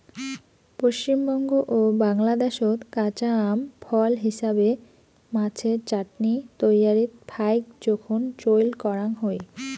পশ্চিমবঙ্গ ও বাংলাদ্যাশত কাঁচা আম ফল হিছাবে, মাছের চাটনি তৈয়ারীত ফাইক জোখন চইল করাং হই